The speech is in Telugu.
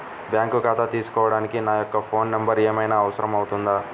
బ్యాంకు ఖాతా తీసుకోవడానికి నా యొక్క ఫోన్ నెంబర్ ఏమైనా అవసరం అవుతుందా?